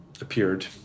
appeared